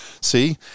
see